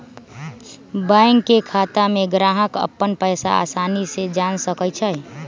bank के खाता में ग्राहक अप्पन पैसा असानी से जान सकई छई